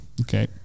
Okay